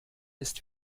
ist